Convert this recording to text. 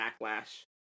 backlash